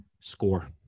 score